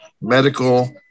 medical